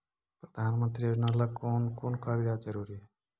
प्रधानमंत्री योजना ला कोन कोन कागजात जरूरी है?